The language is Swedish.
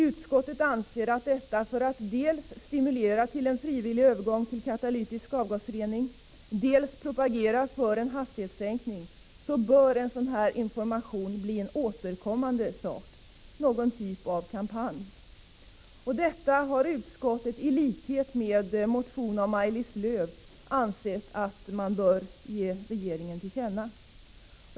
Utskottet anser att sådan information bör bli något återkommande, en typ av kampanj, dels för att stimulera till frivillig katalytisk avgasrening, dels för att propagera för en hastighetssänkning. Detta har utskottet — i likhet med vad som framförs i motionen av Maj-Lis Lööw - ansett att vi bör ge regeringen till känna.